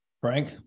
Frank